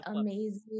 amazing